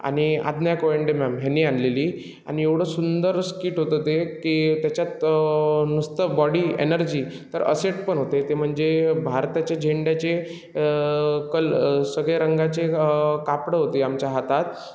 आणि आज्ञा कोयंडे मॅम ह्यांनी आणलेली आणि एवढं सुंदर स्किट होतं ते की त्याच्यात नुसतं बॉडी एनर्जी तर असेट पण होते ते म्हणजे भारताच्या झेंडयाचे कल् सगळ्या रंगाचे कापडं होती आमच्या हातात